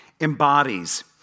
embodies